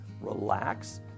relax